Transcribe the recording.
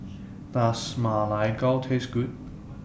Does Ma Lai Gao Taste Good